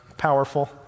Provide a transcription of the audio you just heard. powerful